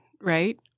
right